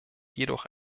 jedoch